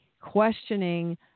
questioning